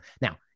Now